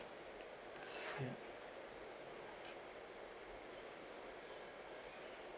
can